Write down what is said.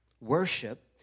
Worship